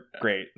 great